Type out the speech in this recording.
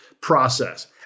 process